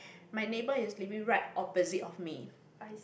my neighbour is living right opposite of me